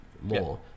more